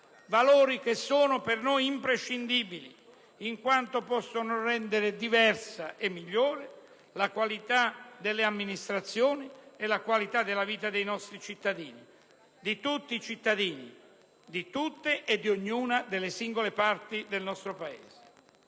valori che sono per noi imprescindibili in quanto possono rendere diversa e migliore la qualità delle amministrazioni e la qualità della vita dei nostri cittadini, di tutti i cittadini, di tutte e di ognuna delle singole parti del nostro Paese.